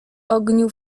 ogniu